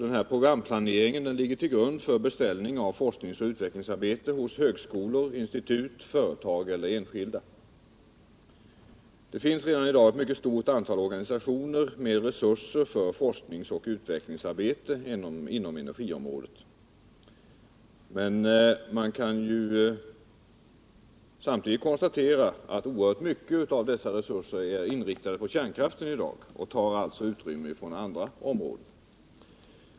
Denna programplanering ligger till grund för beställning av forskningsoch utvecklingsarbeten hos högskolor, institut, företag och enskilda. Det finns redan i dag ett mycket stort antal organisationer med resurser för forskningsoch utvecklingsarbete inom energiområdet. Men man kan samtidigt konstatera att oerhört mycket av dessa resurser är inriktat på kärnkraften i dag och alltså tar utrymme från andra områden.